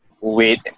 wait